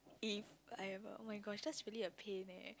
if I am a oh-my-god just fully a plan leh